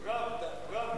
פראבדה, פראבדה.